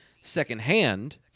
secondhand